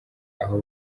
aho